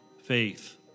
faith